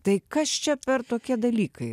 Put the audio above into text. tai kas čia per tokie dalykai